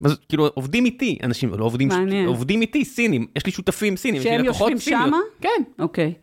אז כאילו עובדים איתי אנשים, אבל... עובדים איתי סינים, יש לי שותפים סינים. שהם יושבים שמה? כן.אוקיי